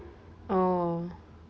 oh